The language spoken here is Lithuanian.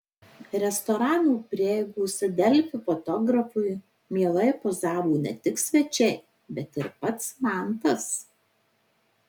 restorano prieigose delfi fotografui mielai pozavo ne tik svečiai bet ir pats mantas